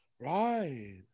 right